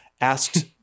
asked